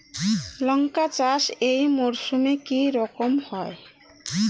লঙ্কা চাষ এই মরসুমে কি রকম হয়?